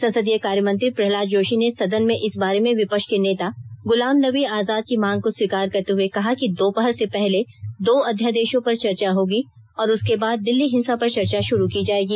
संसदीय कार्यमंत्री प्रह्लाद जोशी ने सदन में इस बारे में विपक्ष के नेता गुलामनबी आजाद की मांग को स्वीकार करते हुए कहा कि दोपहर से पहले दो अध्यादेशों पर चर्चा होगी और उसके बाद दिल्ली हिंसा पर चर्चा शुरू की जाएगी